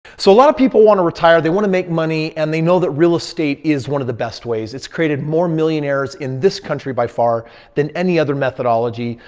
so, a lot of people want to retire. they want to make money and they know that real estate is one of the best ways. it's created more millionaires in this country by far than any other methodology.